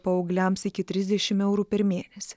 paaugliams iki trisdešim eurų per mėnesį